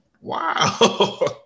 Wow